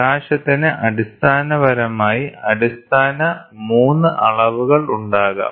പ്രകാശത്തിന് അടിസ്ഥാനപരമായി അടിസ്ഥാന 3 അളവുകൾ ഉണ്ടാകാം